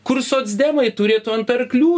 kur socdemai turėtų ant arklių